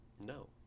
no